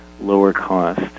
lower-cost